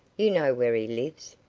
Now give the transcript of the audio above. you know where he lives.